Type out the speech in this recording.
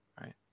right